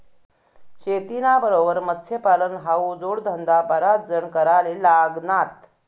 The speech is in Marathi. शेतीना बरोबर मत्स्यपालन हावू जोडधंदा बराच जण कराले लागनात